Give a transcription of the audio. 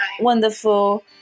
wonderful